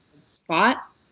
spot